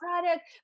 product